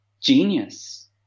genius